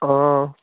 অঁ